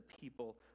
people